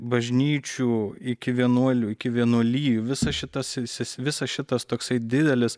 bažnyčių iki vienuolių iki vienuolijų visas šitas ilsis visas šitas toksai didelis